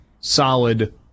solid